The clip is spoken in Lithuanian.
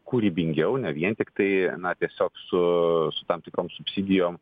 kūrybingiau ne vien tiktai na tiesiog su tam tikrom subsidijom